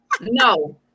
no